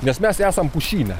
nes mes esam pušyne